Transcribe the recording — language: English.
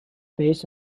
based